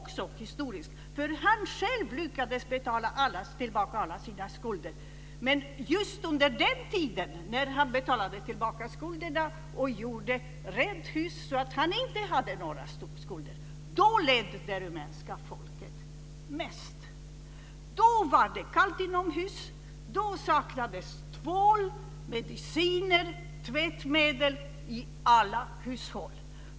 Han lyckades nämligen själv betala tillbaka alla sina skulder - men just under den tid då han gjorde det, när han gjorde rent hus så att han inte hade några stora skulder, då led det rumänska folket som mest. Då var det kallt inomhus. Då saknades tvål, mediciner och tvättmedel i alla hushåll.